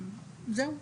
זהו.